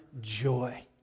joy